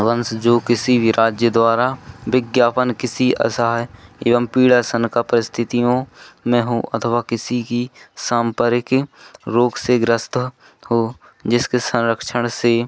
वंश जो किसी भी राज्य द्वारा विज्ञापन किसी असहाय एवं पीड़ासन का परिस्थितियों में हो अथवा किसी की सम्पर्क रोग से ग्रस्त हो जिसके संरक्षण से